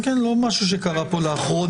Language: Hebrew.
כן כן, לא משהו שקרה פה לאחרונה.